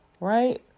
right